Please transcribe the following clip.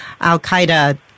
al-Qaeda